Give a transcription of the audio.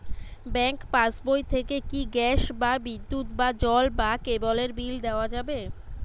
Bank পাশবই থেকে কি গ্যাস বা বিদ্যুৎ বা জল বা কেবেলর বিল দেওয়া যাবে?